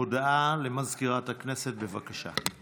הודעה למזכירת הכנסת, בבקשה.